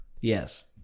Yes